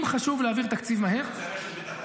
אם חשוב להעביר תקציב מהר --- אתה רוצה רשת ביטחון?